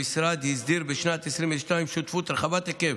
המשרד הסדיר בשנת 2022 שותפות רב-שנתית רחבת היקף,